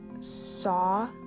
saw